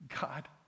God